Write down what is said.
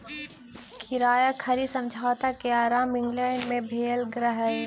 किराया खरीद समझौता के आरम्भ इंग्लैंड में भेल रहे